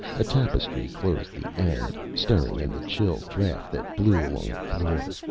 a tapestry closed the end, stirring in the chill draught that blew along the floor.